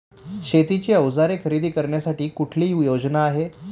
शेतीची अवजारे खरेदी करण्यासाठी कुठली योजना आहे?